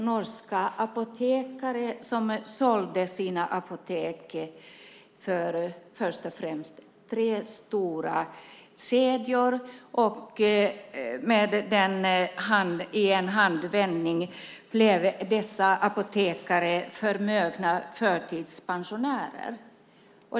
Norska apotekare sålde då sina apotek till främst tre stora kedjor, och i en handvändning blev dessa apotekare förmögna förtidspensionärer.